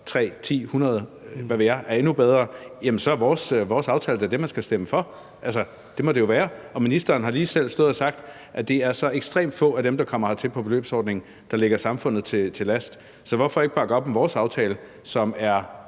3, 10, 100, hvad ved jeg, er endnu bedre, så er vores aftale da den, man skal stemme for. Sådan må det jo være. Ministeren har selv lige stået og sagt, at det er så ekstremt få af dem, der kommer hertil på beløbsordningen, der ligger samfundet til last. Så hvorfor ikke bakke op om vores aftale, som er